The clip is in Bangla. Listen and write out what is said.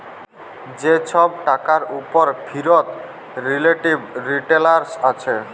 যে ছব টাকার উপর ফিরত রিলেটিভ রিটারল্স আসে